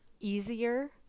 easier